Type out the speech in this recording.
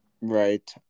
Right